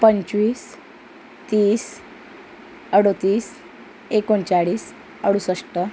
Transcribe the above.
पंचवीस तीस अडतीस एकोणचाळीस अडुसष्ठ